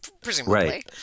presumably